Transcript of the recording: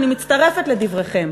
אני מצטרפת לדבריכם.